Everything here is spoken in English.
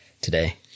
today